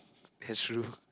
that's true